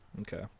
Okay